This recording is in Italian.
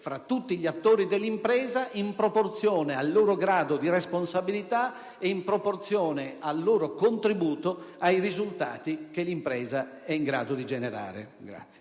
tra tutti gli attori dell'impresa in proporzione al loro grado di responsabilità e al loro contributo ai risultati che l'impresa è in grado di generare.